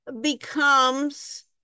becomes